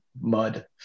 Mud